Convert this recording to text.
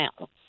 out